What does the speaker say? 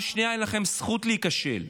פעם שנייה אין לכם זכות להיכשל.